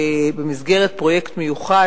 במסגרת פרויקט מיוחד,